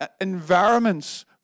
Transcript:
environments